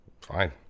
fine